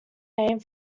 name